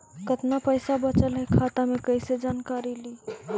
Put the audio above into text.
कतना पैसा बचल है खाता मे कैसे जानकारी ली?